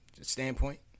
standpoint